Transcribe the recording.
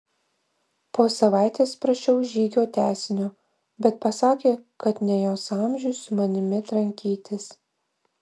po savaitės prašiau žygio tęsinio bet pasakė kad ne jos amžiui su manimi trankytis